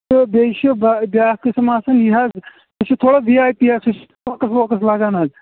تہٕ بیٚیہ چھِ بیاکھ قٕسٕم آسان یہِ حظ سُہ چھُ تھوڑا ویٖی آے پی آسان سُہ چھُ تھوکَس ووکَس لگان حظ